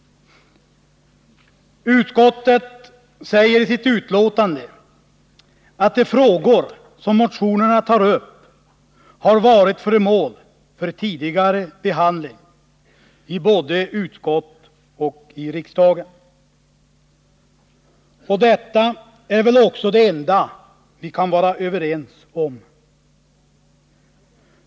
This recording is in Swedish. Utskottet säger i sitt betänkande att de frågor som motionerna tar upp har varit föremål för tidigare behandling i riksdagen i både utskott och kammaren. Detta är väl också det enda vi kan vara överens om.